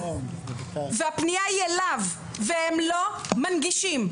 הפניה היא אליו והם לא מנגישים.